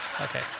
Okay